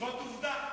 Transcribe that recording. זאת עובדה.